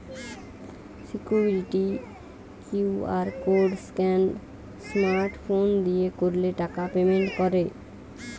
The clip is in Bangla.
security QR code scan smart phone দিয়ে করলে টাকা পেমেন্ট করে